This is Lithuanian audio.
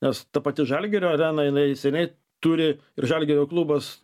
nes ta pati žalgirio arena jinai seniai turi ir žalgirio klubas